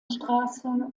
straße